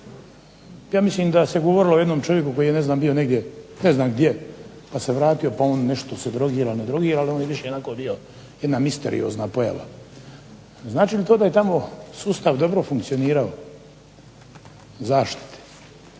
Ja mislim da se govorilo o jednom čovjeku koji je ne znam bio negdje ne znam gdje pa se vratio, pa on nešto se drogira, ne drogira, ali on je više onako bio jedna misteriozna pojava. Znači li to da je tamo sustav dobro funkcionirao zaštite?